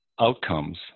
outcomes